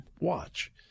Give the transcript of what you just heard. watch